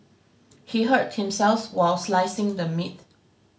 he hurt himself while slicing the meat